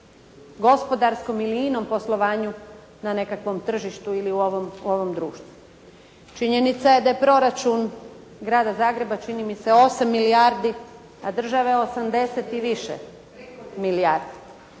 gospodarskom ili inom poslovanju na nekakvom tržištu ili u ovom društvu. Činjenica je da je proračun Grada Zagreba čini mi se 8 milijardi, a države 80 i više.